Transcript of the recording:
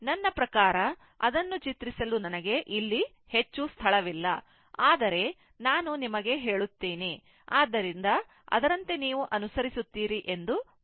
ನನ್ನ ಪ್ರಕಾರ ಅದನ್ನು ಚಿತ್ರಿಸಲು ನನಗೆ ಇಲ್ಲಿ ಹೆಚ್ಚು ಸ್ಥಳವಿಲ್ಲ ಆದರೆ ನಾನು ನಿಮಗೆ ಹೇಳುತ್ತೇನೆ ಅದರಂತೆ ನೀವು ಅನುಸರಿಸುತ್ತೀರಿ ಎಂದು ಭಾವಿಸುತ್ತೇನೆ